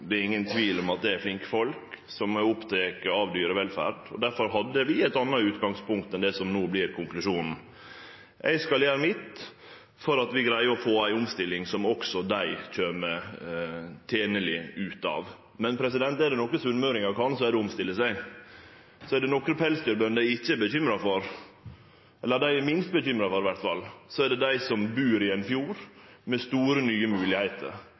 Det er ingen tvil om at det er flinke folk som er opptekne av dyrevelferd, og difor hadde vi eit anna utgangspunkt enn det som no vert konklusjonen. Eg skal gjere mitt for at vi greier å få ei omstilling som også dei kjem tenleg ut av. Men er det noko sunnmøringar kan, så er det å omstille seg. Så viss det er nokon pelsdyrbønder eg ikkje er bekymra for – eller minst bekymra for, i alle fall – er det dei som bur i ein fjord med store, nye